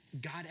God